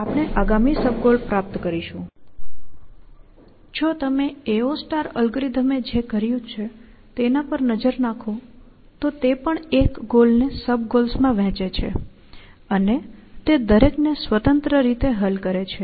આપણી પાસે અમુક અર્થમાં જો તમે AO અલ્ગોરિધમ AO Algorithm એ જે કર્યું તેના પર નજર નાખો તો તે પણ એક ગોલને સબ ગોલ્સમાં વહેંચે છે અને તે દરેકને સ્વતંત્ર રીતે હલ કરે છે